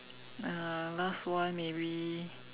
uh last one maybe